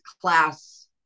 class